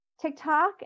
TikTok